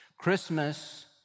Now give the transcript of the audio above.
Christmas